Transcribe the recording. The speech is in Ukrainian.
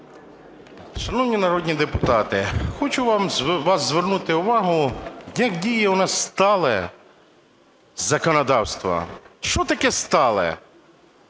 Шановні народні депутати, хочу вашу звернути увагу, як діє в нас стале законодавство. Що таке "стале"?